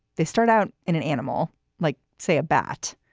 they start out in an animal like, say, a bat,